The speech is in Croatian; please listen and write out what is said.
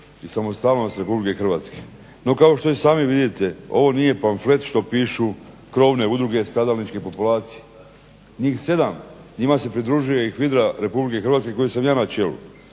i samostalnost RH. No, kao što i sami vidite ovo nije pamflet što pišu krovne udruge stradalničke populacije. Njih 7, njima se pridružuje i HVIDRA RH kojoj sam ja na čelu,